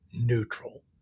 neutral